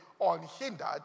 unhindered